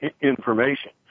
information